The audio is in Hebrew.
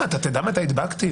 האם אתה תדע מתי הדבקתי?